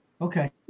Okay